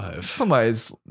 somebody's